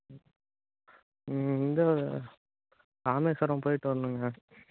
ம் இந்த ராமேஸ்வரம் போய்விட்டு வரணுங்க